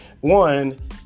One